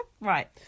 right